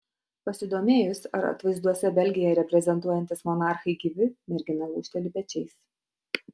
pasidomėjus ar atvaizduose belgiją reprezentuojantys monarchai gyvi mergina gūžteli pečiais